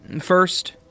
First